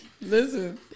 Listen